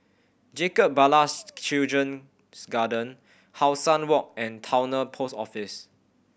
Jacob Ballas Children's Garden How Sun Walk and Towner Post Office